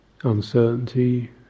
uncertainty